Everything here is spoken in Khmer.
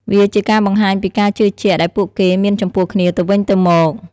វាជាការបង្ហាញពីការជឿជាក់ដែលពួកគេមានចំពោះគ្នាទៅវិញទៅមក។